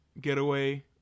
getaway